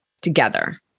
together